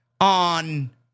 on